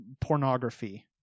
pornography